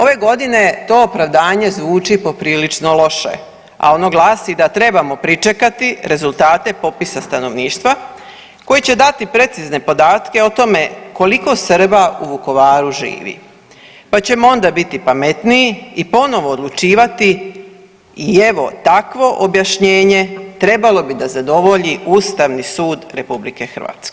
Ove godine to opravdanje zvuči poprilično loše, a ono glasi da trebamo pričekati rezultate popisa stanovništva koji će dati precizne podatke o tome koliko Srba u Vukovaru živi pa ćemo onda biti pametniji i ponovo odlučivati i evo, takvo objašnjenje trebalo bi da zadovolji Ustavni sud RH.